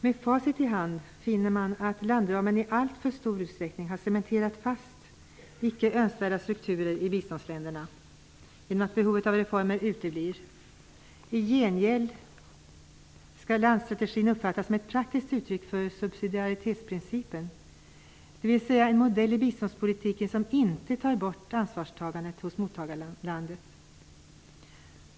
Med facit i hand finner man att landramen i alltför stor utsträckning har cementerat fast icke önskvärda strukturer i biståndsländerna genom att behovet av reformer uteblir. I gengäld skall landstrategin uppfattas som ett praktiskt uttryck för subsidiaritetsprincipen, dvs. en modell i biståndspolitiken som inte tar bort ansvarstagandet hos mottagarlandet.